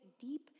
deep